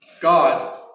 God